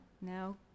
no